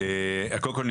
קודם כל,